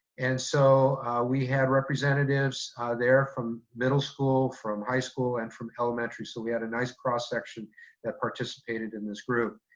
and so we had representatives there from middle school, from high school, and from elementary, so we had a nice cross section that participated in this group.